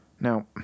Now